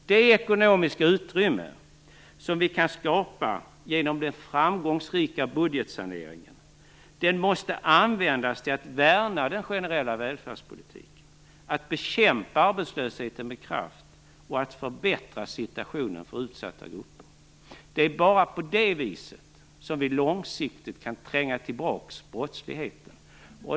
Det ekonomiska utrymme som vi kan skapa genom den framgångsrika budgetsaneringen måste användas till att värna den generella välfärdspolitiken, att bekämpa arbetslösheten med kraft och att förbättra situationen för utsatta grupper. Det är bara på det viset som vi långsiktigt kan tränga tillbaka brottsligheten.